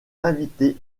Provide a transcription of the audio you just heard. invitée